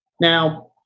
now